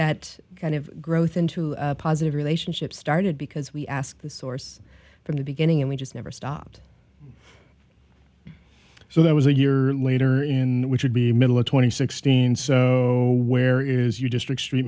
that kind of growth into a positive relationship started because we asked the source from the beginning and we just never stopped so that was a year later in which would be middle of twenty sixteen so where is your district st